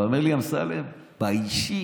אתה אומר לי: אמסלם, באישי.